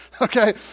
okay